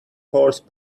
horse